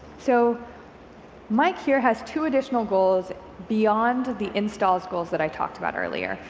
so mike here has two additional goals beyond the installs goals that i talked about earlier.